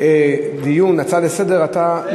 הצעה לסדר-היום,